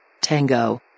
Tango